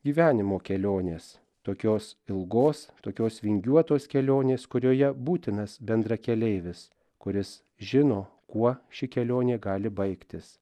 gyvenimo kelionės tokios ilgos tokios vingiuotos kelionės kurioje būtinas bendrakeleivis kuris žino kuo ši kelionė gali baigtis